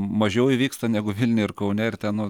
mažiau įvyksta negu vilniuj ir kaune ir ten nu